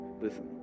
Listen